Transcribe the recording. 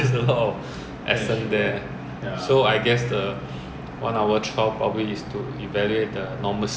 the threshold so key thing is don't keep your phone so near and then speak normally lor